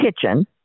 kitchen